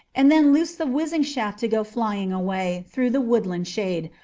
and then loosed the whizzing shaft to go flying away through the woodland shade,